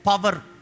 power